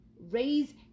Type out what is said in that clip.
raise